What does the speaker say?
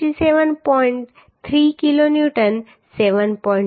3 kilonewton 7